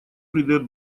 придает